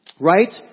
Right